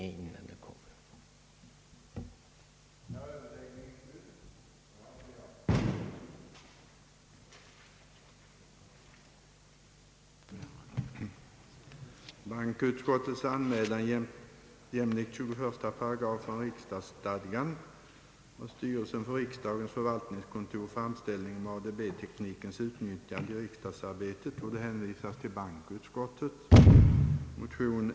11.45.